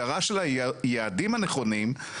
נחזור אליכם בהמשך.